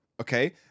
Okay